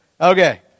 Okay